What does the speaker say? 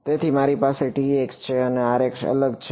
તેથી મારી પાસે Tx છે અને Rx અલગ છે